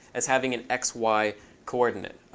as having an x, y coordinate.